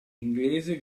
inglese